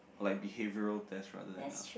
like behavioral test rather than a